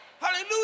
Hallelujah